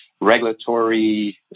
regulatory